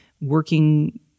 working